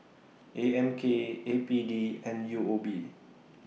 A M K A P D and U O B